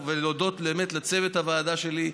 ולהודות באמת לצוות הוועדה שלי,